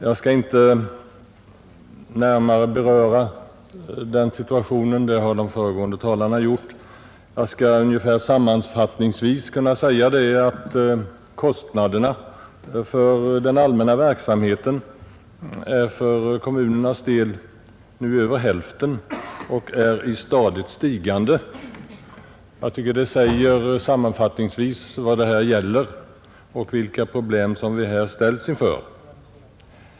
Jag skall inte närmare beröra kommunernas situation i dag — det har de föregående talarna gjort — utan vill bara konstatera att kostnaderna för kommunernas allmänna verksamhet nu uppgår till över hälften av samtliga kostnader för allmän verksamhet och stadigt stiger. Det säger sammanfattningsvis vad frågan gäller och vilka problem som vi ställs inför.